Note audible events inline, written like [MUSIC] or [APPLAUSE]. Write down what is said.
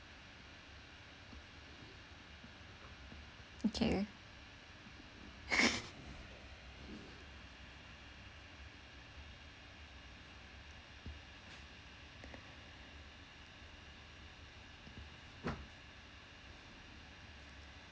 okay [LAUGHS]